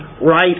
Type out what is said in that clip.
right